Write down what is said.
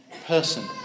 Person